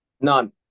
None